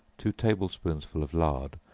two table-spoonsful of lard,